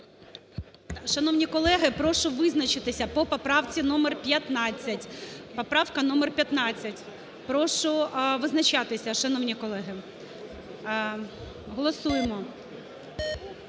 Шановні колеги, прошу визначитися по поправці номер 15. Поправка номер 15. Прошу визначатися, шановні колеги. Голосуємо.